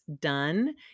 done